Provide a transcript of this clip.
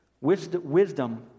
Wisdom